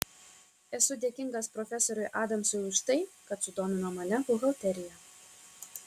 esu dėkingas profesoriui adamsui už tai kad sudomino mane buhalterija